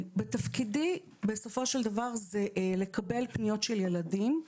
תפקידי בסופו של דבר זה לקבל פניות של ילדים,